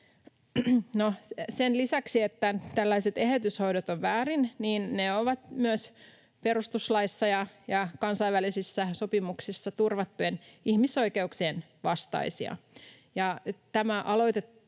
Sen lisäksi, että tällaiset eheytyshoidot ovat väärin, ne ovat myös perustuslaissa ja kansainvälisissä sopimuksissa turvattujen ihmisoikeuksien vastaisia.